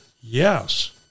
Yes